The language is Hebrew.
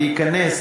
להיכנס,